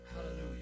hallelujah